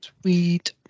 Sweet